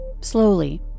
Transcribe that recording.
slowly